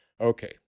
Okay